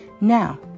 Now